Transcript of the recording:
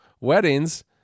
weddings